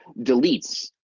deletes